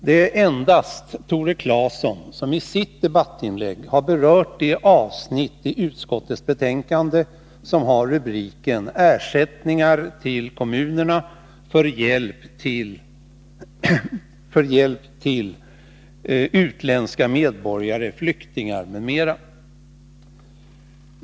Det är endast Tore Claeson som i sitt debattinlägg har berört det avsnitt i utskottets betänkande som har rubriken Ersättningar till kommunerna för hjälp till utländska medborgare, flyktingar, m.m.